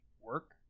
work